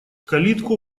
калитку